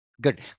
Good